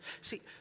See